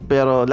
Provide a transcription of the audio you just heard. Pero